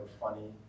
funny